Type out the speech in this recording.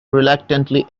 reluctantly